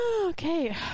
Okay